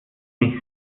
mich